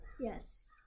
Yes